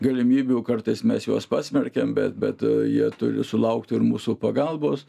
galimybių kartais mes juos pasmerkiam bet bet jie turi sulaukt ir mūsų pagalbos